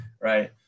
right